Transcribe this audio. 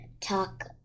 talk